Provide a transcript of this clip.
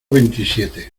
veintisiete